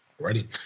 Ready